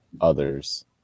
others